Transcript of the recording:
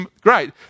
great